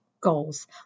goals